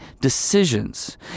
decisions